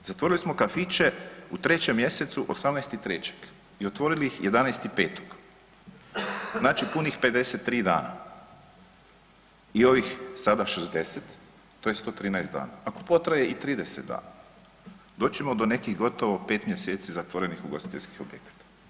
Zatvorili smo kafiće u 3. mjesecu 18.3. i otvorili ih 11.5. znači punih 53 dana i ovih sada 60 to je 113 dana, ako potraje i 30 dana doći ćemo do nekih gotovo 5 mjeseci zatvorenih ugostiteljskih objekata.